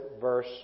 verse